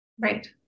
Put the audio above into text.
right